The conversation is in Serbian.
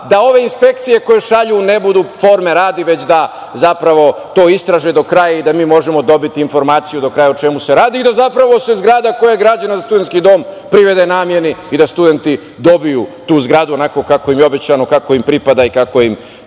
da ove inspekcije koje šalju ne budu forme radi, već da to zapravo istraže do kraja i da mi možemo dobiti informaciju do kraja o čemu se radi i da zapravo se zgrada koja je građena za studentski dom privede nameni i da studenti dobiju tu zgradu onako kako im je obećano, kako im pripada i kako im